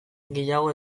gehiago